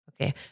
Okay